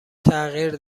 تغییر